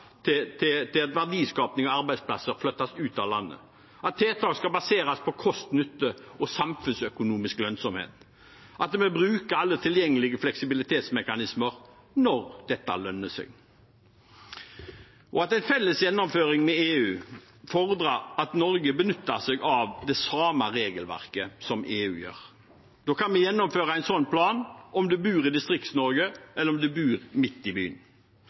til at verdiskaping og arbeidsplasser flyttes ut av landet, at tiltak skal baseres på kost–nytte og samfunnsøkonomisk lønnsomhet, at vi bruker alle tilgjengelige fleksibilitetsmekanismer når dette lønner seg, og at en felles gjennomføring med EU fordrer at Norge benytter seg av det samme regelverket som EU gjør. Da kan vi gjennomføre en slik plan om en bor i Distrikts-Norge, eller om en bor midt i byen.